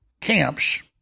camps